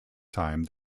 time